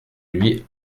lui